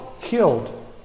Killed